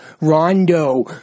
Rondo